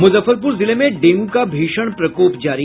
मुजफ्फरपुर जिले में डेंगू का भीषण प्रकोप जारी